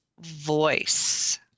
voice